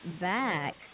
back